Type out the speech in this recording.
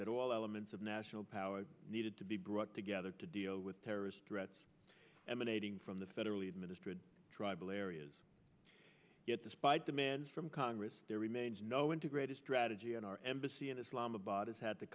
that all elements of national power needed to be brought together to deal with terrorist threats emanating from the federally administered tribal areas yet despite demands from congress there remains no integrated strategy in our embassy in islamabad has had the